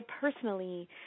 personally